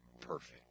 perfect